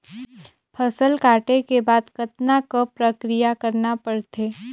फसल काटे के बाद कतना क प्रक्रिया करना पड़थे?